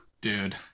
dude